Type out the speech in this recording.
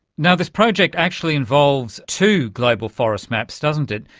you know this project actually involves two global forest maps, doesn't it.